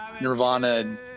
Nirvana